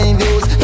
views